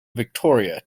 victoria